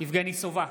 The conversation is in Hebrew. יבגני סובה,